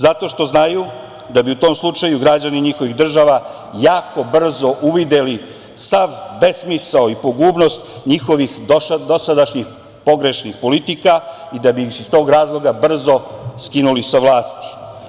Zato što znaju da bi u tom slučaju građani njihovih država jako brzo uvideli sav besmisao i pogubnost njihovih dosadašnjih pogrešnih politika i da bi ih iz tog razloga brzo skinuli sa vlasti.